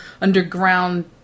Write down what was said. underground